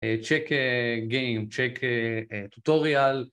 צ'ק גיימ, צ'ק טוטוריאל